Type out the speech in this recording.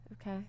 Okay